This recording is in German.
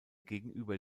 gegenüber